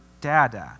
dada